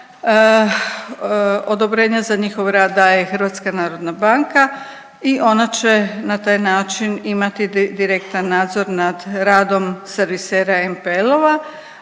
odobrenje za njihov rad daje HNB i ona će na taj način imati direktan nadzor nad radom servisera MPL-ova,